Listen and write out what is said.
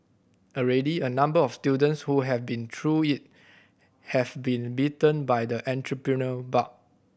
already a number of students who have been through it have been bitten by the entrepreneurial bug